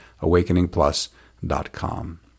awakeningplus.com